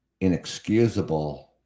inexcusable